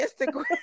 Instagram